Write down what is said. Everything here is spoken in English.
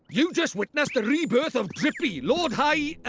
you just witnessed the rebirth of drippy, lord-high ah,